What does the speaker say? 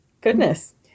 Goodness